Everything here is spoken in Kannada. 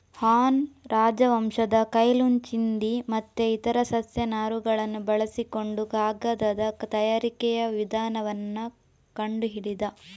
ಹಾನ್ ರಾಜವಂಶದ ಕೈ ಲುನ್ ಚಿಂದಿ ಮತ್ತೆ ಇತರ ಸಸ್ಯ ನಾರುಗಳನ್ನ ಬಳಸಿಕೊಂಡು ಕಾಗದದ ತಯಾರಿಕೆಯ ವಿಧಾನವನ್ನ ಕಂಡು ಹಿಡಿದ